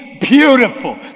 beautiful